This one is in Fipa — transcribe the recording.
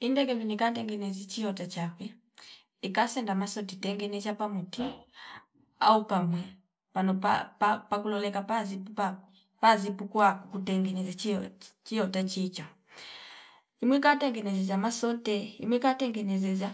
Indege mina katengeze chiota chafhi ikasenda masoti tengeneza pamoti au pamwe pano pa- pa- pakuloleka pazip pakwe pazipu kwa kukutengeze chioe- chiota chicha imwika tengeza masote imwika tengeneneza